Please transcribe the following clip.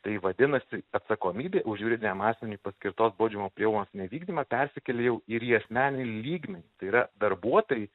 tai vadinasi atsakomybė už juridiniam asmeniui paskirtos baudžiamos prievolės nevykdymą persikėl jau ir į asmeninį lygmenį tai yra darbuotojai